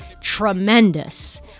tremendous